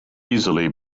easily